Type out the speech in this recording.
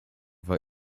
war